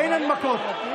אין הנמקות.